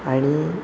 आणि